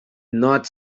not